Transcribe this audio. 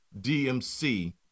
DMC